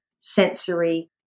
Sensory